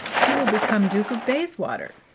he will become duke of bayswater?